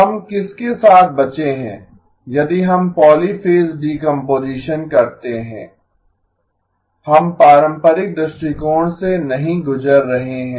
हम किसके साथ बचे हैं यदि हम पॉलीफ़ेज़ डीकम्पोजीशन करते है T 2 z−1 E0 E1 हम पारंपरिक दृष्टिकोण से नहीं गुजर रहे हैं